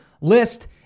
list